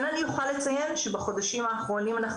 כן אני יכולה לציין שבחודשים האחרונים אנחנו